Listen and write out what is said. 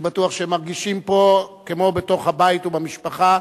אני בטוח שהם מרגישים פה כמו בתוך הבית ובמשפחה,